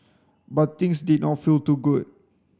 but things did not feel too good